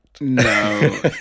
no